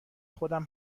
خودم